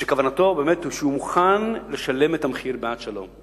שהוא מתכוון באמת ומוכן לשלם את המחיר בעד שלום.